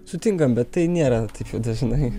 sutinkam bet tai nėra taip jau dažnai